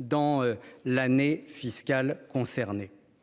dans l'année fiscale.